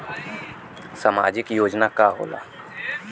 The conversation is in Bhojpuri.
सामाजिक योजना का होला?